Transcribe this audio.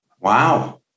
Wow